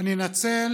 אני אנצל